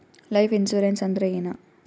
Life insurance ಅಂದ್ರ ಏನ?